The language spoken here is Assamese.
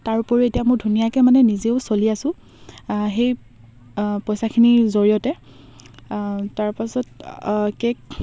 তাৰ উপৰিও এতিয়া মই ধুনীয়াকৈ মানে নিজেও চলি আছো সেই পইচাখিনিৰ জৰিয়তে তাৰপাছত কে'ক